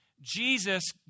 Jesus